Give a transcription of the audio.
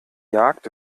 jagd